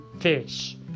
fish